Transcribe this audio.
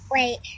Wait